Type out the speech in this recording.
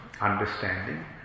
understanding